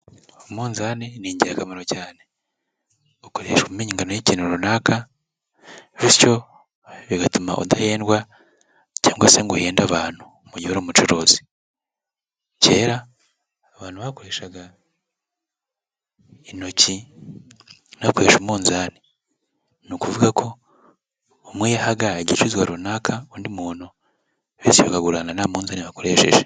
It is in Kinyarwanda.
Umunzani ni ingirakamaro cyane, ukoreshashwa umumenyi ingano y'ikintu runaka, bityo bigatuma udahendwa cyangwa se ngo uhenda abantu mugihe uri umucuruzi. Kera abantu bakoreshaga intoki, ntibakoreshe umunzani, ni ukuvuga ko umwe yahaga igicuzwa runaka undi muntu, bose bakagurana nta munzani bakoresheje.